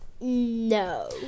No